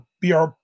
BR